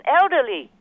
elderly